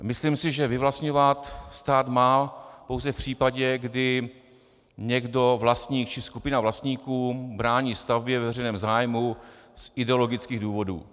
Myslím si, že vyvlastňovat stát má pouze v případě, kdy někdo, vlastník či skupina vlastníků, brání stavbě ve veřejném zájmu z ideologických důvodů.